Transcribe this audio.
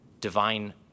divine